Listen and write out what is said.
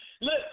Look